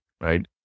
right